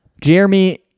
Jeremy